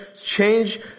Change